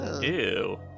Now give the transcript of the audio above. Ew